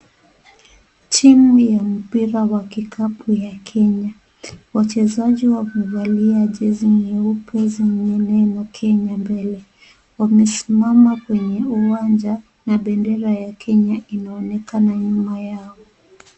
Timu ya mpira wa kikapu ya Kenya. Wechezaji wamevalia jezi nyeupe zenye neno Kenya mbele. Wamesimama kwenye uwanja na bendera ya Kenya inaonekana nyuma yao.